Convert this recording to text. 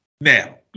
now